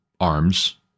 arms